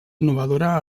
innovadora